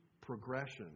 progression